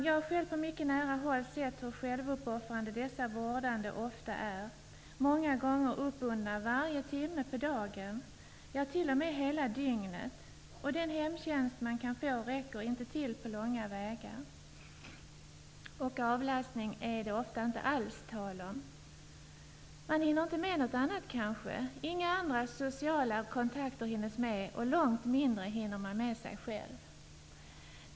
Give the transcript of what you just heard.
Jag har själv på mycket nära håll sett hur självuppoffrande dessa vårdande ofta är -- många gånger uppbundna varje timme på dagen, ja, t.o.m. hela dygnet, och den hemtjänst de kan få räcker inte till på långa vägar. Avlastning är det ofta inte alls tal om. Man hinner kanske inte med något annat, varken med några andra sociala kontakter eller långt mindre med sig själv.